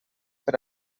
per